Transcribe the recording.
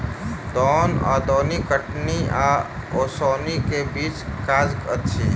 दौन वा दौनी कटनी आ ओसौनीक बीचक काज अछि